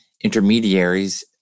intermediaries